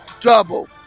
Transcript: double